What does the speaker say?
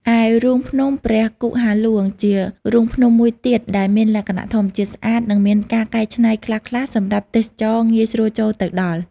ឯ រូងភ្នំព្រះគុហារហ្លួង ជារូងភ្នំមួយទៀតដែលមានលក្ខណៈធម្មជាតិស្អាត និងមានការកែច្នៃខ្លះៗសម្រាប់ទេសចរណ៍ងាយស្រួលចូលទៅដល់។